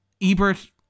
Ebert